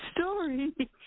story